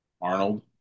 Arnold